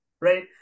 right